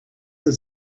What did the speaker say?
that